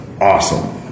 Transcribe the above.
awesome